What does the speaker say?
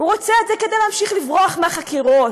הוא רוצה את זה כדי להמשיך לברוח מהחקירות,